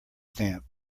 stamp